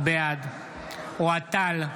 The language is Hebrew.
בעד אוהד טל,